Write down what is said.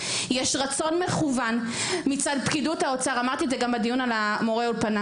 יש רצון מכוון מצד פקידות האוצר אמרתי את זה גם בדיון על מורי אולפנה